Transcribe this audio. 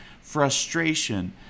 frustration